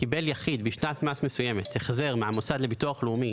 קיבל יחיד בשנת מס מסוימת החזר מהמוסד לביטוח לאומי